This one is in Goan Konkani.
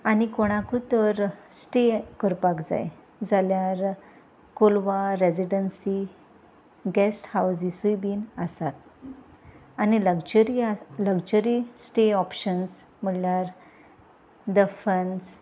आनी कोणाकूय तर स्टे करपाक जाय जाल्यार कोलवा रेजिडंसी गेस्ट हावजीसूय बीन आसात आनी लग्जरी लग्जरी स्टे ऑप्शन्स म्हणल्यार द फन्स